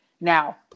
Now